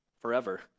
forever